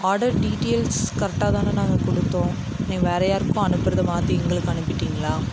order details கரெட்டாக தான நாங்கள் கொடுத்தோம் நீங்கள் வேறு யாருக்கும் அனுப்புகிறத மாற்றி எங்களுக்கு அனுப்பிவிட்டீங்களா